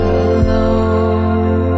alone